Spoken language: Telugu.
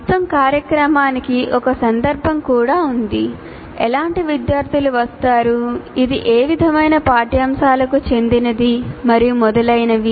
మొత్తం కార్యక్రమానికి ఒక సందర్భం కూడా ఉంది ఎలాంటి విద్యార్థులు వస్తారు ఇది ఏ విధమైన పాఠ్యాంశాలకు చెందినది మరియు మొదలైనవి